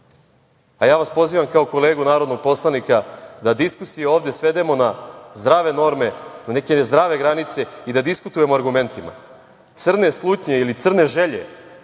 vas pozivam kao kolegu narodnog poslanika da diskusije ovde svedemo na zdrave norme, na neke zdrave granice i da diskutujemo argumentima. Crne slutnje ili crne želje